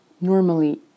Normally